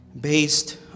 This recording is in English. based